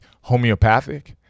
homeopathic